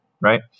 right